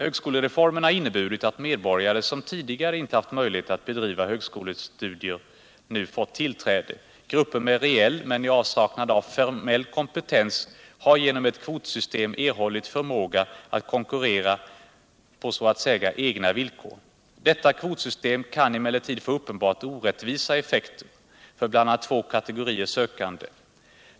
Högskolereformen har inneburit att medborgare som tidigare inte haft möjlighet att bedriva högskolestudier nu fått tillträde. Grupper med reell, men i avsaknad av formell, kompetens har genom ett kvotsystem erhållit möjlighet att konkurrera på så att säga egna villkor. Detta kvotsystem kan emellertid få uppenbart orättvisa effekter för bl.a. två kategorier sökande.